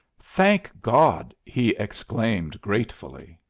thank god! he exclaimed gratefully.